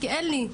כי אין לי,